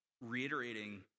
reiterating